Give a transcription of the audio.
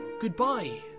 goodbye